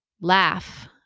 laugh